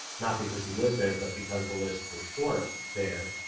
not because he lived there, but because the list was short there.